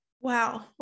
Wow